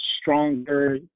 stronger